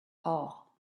hall